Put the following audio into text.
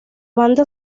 banda